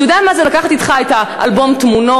אתה יודע מה זה לקחת אתך את אלבום התמונות?